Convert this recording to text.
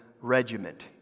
Regiment